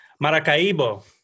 Maracaibo